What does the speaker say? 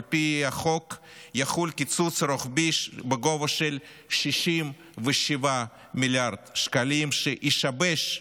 על פי החוק יחול קיצוץ רוחבי בגובה 67 מיליארד שקלים שישבש,